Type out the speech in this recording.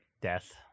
Death